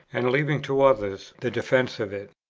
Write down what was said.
and leaving to others the defence of it.